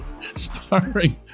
starring